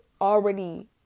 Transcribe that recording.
already